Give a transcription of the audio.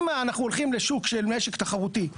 אם אנחנו הולכים לשוק של משק תחרותי יש